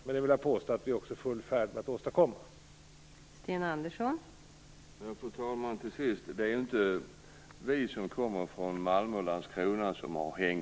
Jag vill påstå att vi är i full färd med att åstadkomma det.